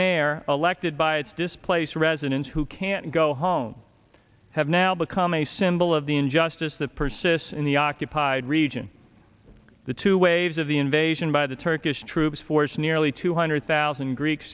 mayor elected by its displaced residents who can't go home have now become a symbol of the injustice that persists in the occupied region the two waves of the invasion by the turkish troops forced nearly two hundred thousand greek